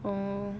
oh